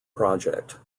project